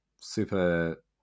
super